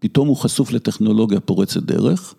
פתאום הוא חשוף לטכנולוגיה פורצת דרך.